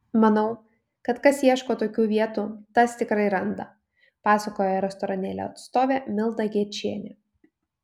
manau kad kas ieško tokių vietų tas tikrai randa pasakojo restoranėlio atstovė milda gečienė